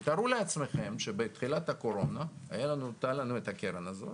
תתארו לעצמכם שבתחילת הקורונה הייתה לנו את הקרן הזאת